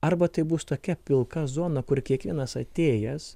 arba tai bus tokia pilka zona kur kiekvienas atėjęs